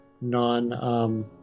non